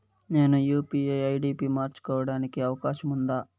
నేను UPI ID పి మార్చుకోవడానికి అవకాశం ఉందా?